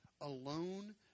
alone